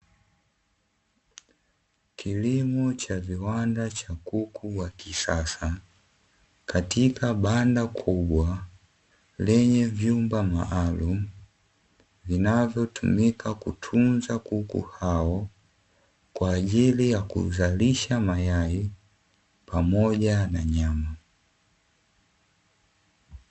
Kilimo cha viwanda cha kuku wa kisasa, katika banda kubwa, lenye vyumba maalumu, vinavyotumika kutunza kuku hao, kwa ajili ya kuzalisha mayai pamoja na nyama.